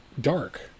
dark